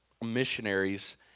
missionaries